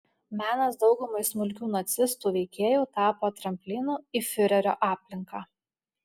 menas daugumai smulkių nacistų veikėjų tapo tramplinu į fiurerio aplinką